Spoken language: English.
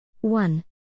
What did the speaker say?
One